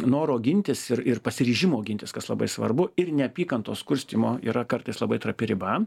noro gintis ir ir pasiryžimo gintis kas labai svarbu ir neapykantos kurstymo yra kartais labai trapi riba